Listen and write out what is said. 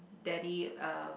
daddy uh